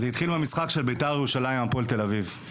זה התחיל במשחק של בית"ר ירושלים-הפועל תל אביב.